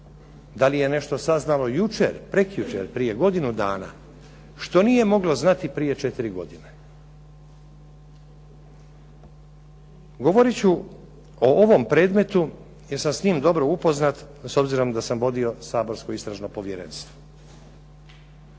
Da li je nešto saznalo jučer, prekjučer, prije godinu dana, što nije moglo znati prije 4 godine? Govorit ću o ovom predmetu jer sam s njim dobro upoznat, s obzirom da sam vodio saborsko Istražno povjerenstvo.